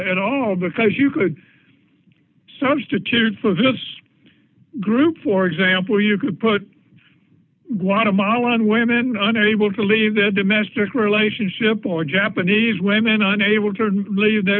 at all because you could substitute for this group for example you could put guatemalan women under able to leave their domestic relationship or japanese women unable to leave the